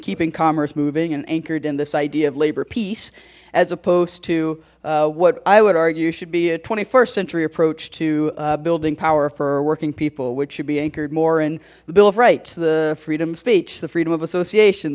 keeping commerce moving and anchored in this idea of labor peace as opposed to what i would argue should be a st century approach to building power for working people which should be anchored more in the bill of rights the freedom of speech the freedom of association